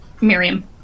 Miriam